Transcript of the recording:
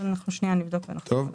אז אנחנו שנייה נבדוק ונחזור אליך.